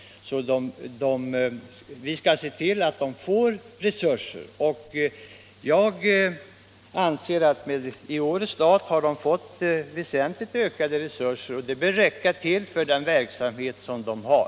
Vi skall därför se till att de får resurser. Jag anser att de i årets stat fått väsentligt ökade resurser, och det bör räcka till för den verksamhet som de har.